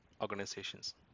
organizations